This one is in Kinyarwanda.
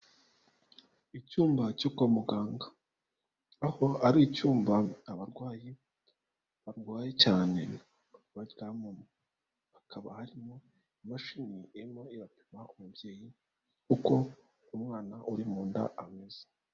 Icyumba cyo kwa muganga. Aho ari icyumba abarwayi barwaye cyane baryamamo. Hakaba harimo imashini irimo irebera umubyeyi uko umwana uri mu nda ameze.